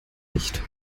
nicht